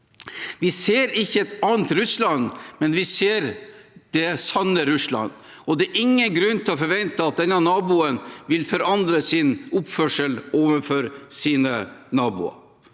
Vi ser ikke et annet Russland, vi ser det sanne Russland, og det er ingen grunn til å forvente at denne naboen vil forandre sin oppførsel overfor sine naboer.